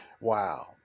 Wow